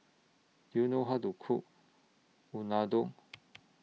Do YOU know How to Cook Unadon